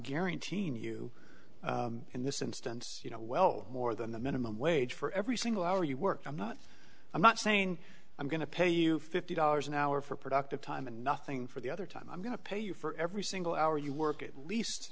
guaranteeing you in this instance you know well more than the minimum wage for every single hour you work i'm not i'm not saying i'm going to pay you fifty dollars an hour for productive time and nothing for the other time i'm going to pay you for every single hour you work at least